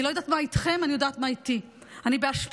אני לא יודעת מה איתכם,